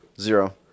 Zero